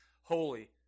holy